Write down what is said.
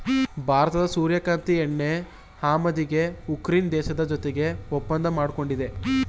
ಭಾರತದ ಸೂರ್ಯಕಾಂತಿ ಎಣ್ಣೆ ಆಮದಿಗೆ ಉಕ್ರೇನ್ ದೇಶದ ಜೊತೆಗೆ ಒಪ್ಪಂದ ಮಾಡ್ಕೊಂಡಿದೆ